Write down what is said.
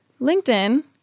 LinkedIn